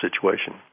situation